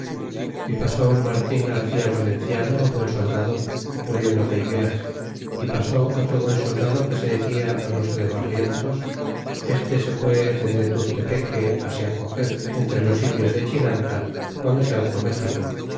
y pasó un martin garcía valenciano buen soldado murió en lo de higueras y pasó otro buen soldado que se decia alonso de barrientos este se fué dende tuztepeque se acoger entre los indios de chinanta guando se alzó méxico